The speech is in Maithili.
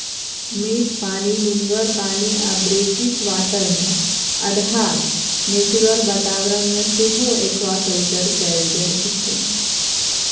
मीठ पानि, नुनगर पानि आ ब्रेकिसवाटरमे अधहा नेचुरल बाताबरण मे सेहो एक्वाकल्चर कएल जाइत छै